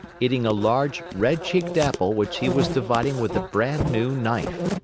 eating a large red-cheeked apple which he was dividing with a brand-new knife!